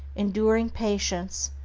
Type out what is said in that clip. enduring patience,